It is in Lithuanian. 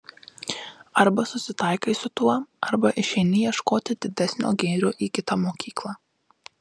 arba susitaikai su tuo arba išeini ieškoti didesnio gėrio į kitą mokyklą